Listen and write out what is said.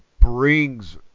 brings